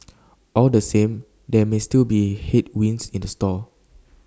all the same there may still be headwinds in the store